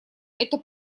это